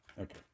Okay